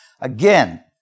Again